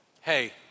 Hey